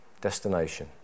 destination